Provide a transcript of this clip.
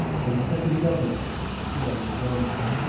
came the deputy-governor with the admiral's answer.